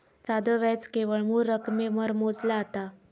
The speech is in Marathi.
साधो व्याज केवळ मूळ रकमेवर मोजला जाता